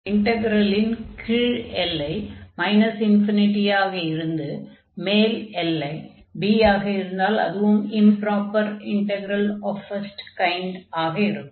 இன்டக்ரலின் கீழ் எல்லை ∞ ஆக இருந்து மேல் எல்லை b ஆக இருந்தால் அதுவும் improper integral of first kind ஆக இருக்கும்